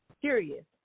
curious